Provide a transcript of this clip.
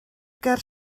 ger